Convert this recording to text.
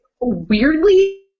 weirdly